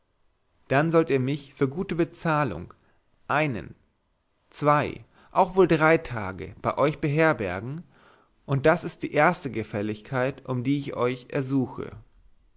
dann sollt ihr mich für gute bezahlung einen zwei auch wohl drei tage bei euch beherbergen und das ist die erste gefälligkeit um die ich euch ersuche